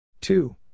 Two